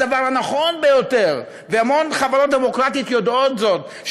הדבר הנכון ביותר והמון חברות דמוקרטיות יודעות זאת,